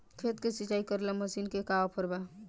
खेत के सिंचाई करेला मशीन के का ऑफर बा?